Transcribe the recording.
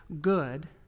good